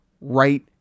right